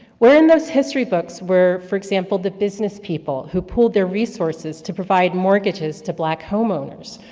where in those history books were, for example, the business people who pooled their resources to provide mortgages to black home owners?